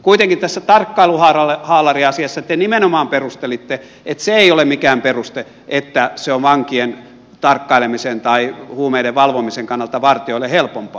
kuitenkin tässä tarkkailuhaalariasiassa te nimenomaan perustelitte että se ei ole mikään peruste että se on vankien tarkkailemisen tai huumeiden valvomisen kannalta vartijoille helpompaa